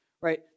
right